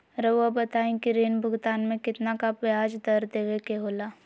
रहुआ बताइं कि ऋण भुगतान में कितना का ब्याज दर देवें के होला?